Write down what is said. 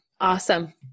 Awesome